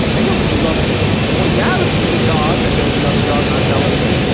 i know. we love to point out to the dog that there's another dog on television.